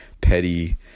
petty